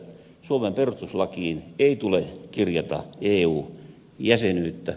suomen perustuslakiin ei tule kirjata eu jäsenyyttä